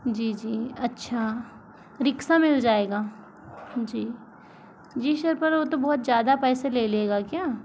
जी जी अच्छा रिक्शा मिल जाएगा जी जी सर पर वो तो बहुत ज़्यादा पैसे ले लेगा क्या